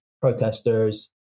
protesters